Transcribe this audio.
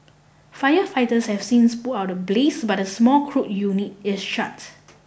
firefighters have since put out the blaze but the small crude unit is shut